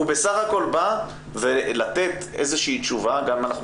הוא בסך הכול בא לתת תשובה גם אם אנחנו